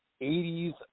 80s